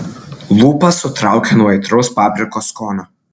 lūpas sutraukė nuo aitraus paprikos skonio